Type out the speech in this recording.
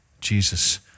Jesus